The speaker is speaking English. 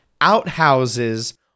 outhouses